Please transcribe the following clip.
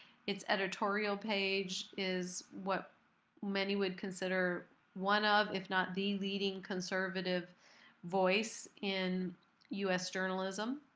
its editorial page is what many would consider one, of if not the, leading conservative voice in us journalism.